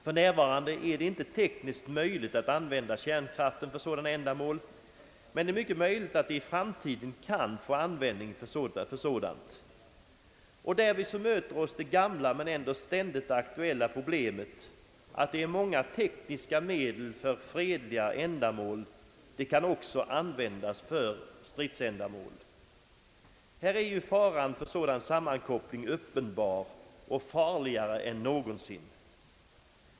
För närvarande är det inte tekniskt möjligt att använda kärnkraften för sådana ändamål, men det är mycket möjligt att den för framtiden kan få sådan användning. Därvid möter oss det gamla men ändå ständigt aktuella problemet att många tekniska medel för fredliga ändamål också kan användas för stridsändamål. Här är ju faran för en sådan sammankoppling uppenbar och farligare än någonsin.